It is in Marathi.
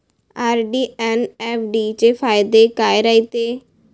आर.डी अन एफ.डी चे फायदे काय रायते?